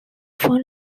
four